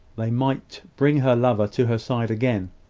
they might bring her lover to her side again,